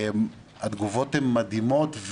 התגובות מדהימות.